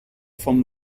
vom